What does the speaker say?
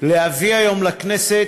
להביא היום לכנסת